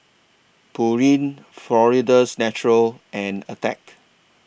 Pureen Florida's Natural and Attack